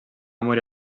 morir